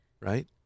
Right